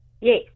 Yes